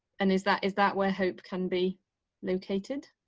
and is that is that where hope can be located?